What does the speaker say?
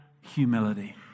humility